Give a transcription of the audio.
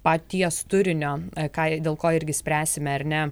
paties turinio ką dėl ko irgi spręsime ar ne